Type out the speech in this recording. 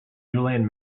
julian